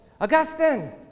augustine